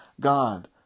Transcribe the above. God